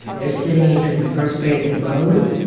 they are sitting even in first grade in rows,